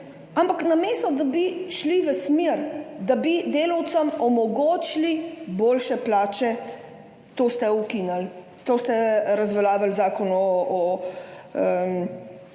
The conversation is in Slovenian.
ampak namesto da bi šli v smer, da bi delavcem omogočili boljše plače, ste to ukinili, razveljavili ste zakon o